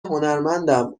هنرمندم